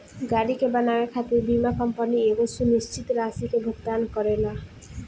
गाड़ी के बनावे खातिर बीमा कंपनी एगो सुनिश्चित राशि के भुगतान करेला